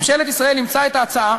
ממשלת ישראל אימצה את ההצעה,